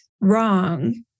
wrong